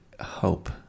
hope